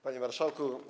Panie Marszałku!